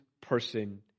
person